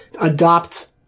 adopt